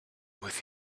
with